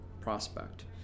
prospect